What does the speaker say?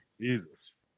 Jesus